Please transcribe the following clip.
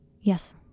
Yes